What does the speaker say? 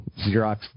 Xerox